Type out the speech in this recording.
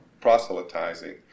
proselytizing